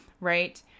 right